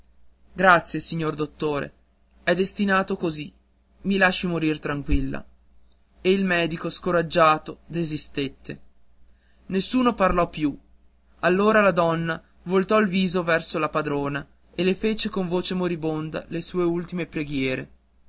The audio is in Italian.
grazie signor dottore è destinato così i lasci morir tranquilla il medico scoraggiato desistette nessuno parlò più allora la donna voltò il viso verso la padrona e le fece con voce di moribonda le sue ultime preghiere